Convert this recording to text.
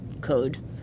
code